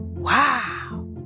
Wow